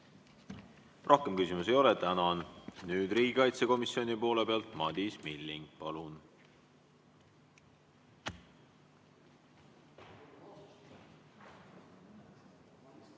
Rohkem küsimusi ei ole, tänan! Nüüd riigikaitsekomisjoni poole pealt Madis Milling, palun!